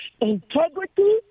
integrity